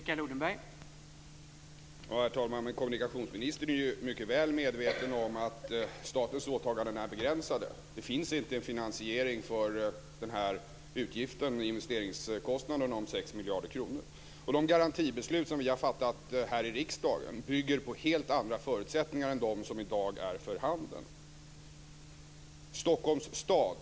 Herr talman! Kommunikationsministern är mycket väl medveten om att statens åtaganden är begränsade. Det finns inte finansiering för den här utgiften, dvs. investeringskostnaderna om 6 miljarder kronor. Det garantibeslut som vi har fattat här i riksdagen bygger på helt andra förutsättningar än de som i dag är för handen.